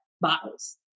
bottles